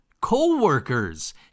co-workers